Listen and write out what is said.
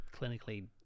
clinically